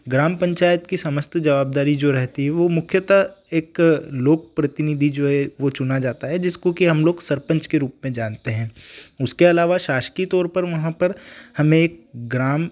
ग्राम पंचायत की समस्त जवाबदारी जो रहती है वो मुख्यतः एक लोक प्रतिनिधि जो है वो चुना जाता है जिसको कि हम लोग सरपंच के रूप में जानते हैं उसके अलावा शासकीय तौर पर वहाँ पर हमें एक ग्राम